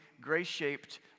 grace-shaped